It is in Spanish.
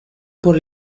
por